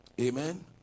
Amen